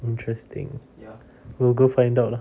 interesting we go find out lah